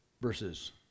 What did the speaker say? versus